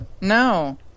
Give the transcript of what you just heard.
No